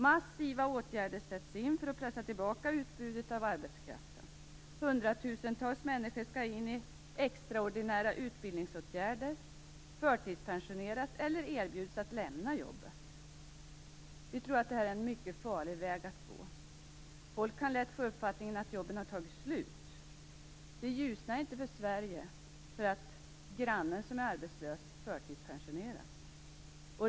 Massiva åtgärder sätts in för att pressa tillbaka utbudet av arbetskraft, hundratusentals människor skall in i extraordinära utbildningsåtgärder, förtidspensioneras eller erbjudas att lämna jobbet. Vi tror att det här är en mycket farlig väg att gå, då folk lätt kan få uppfattningen att jobben har tagit slut. Det ljusnar inte för Sverige för att grannen som är arbetslös förtidspensioneras.